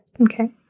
Okay